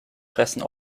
fressen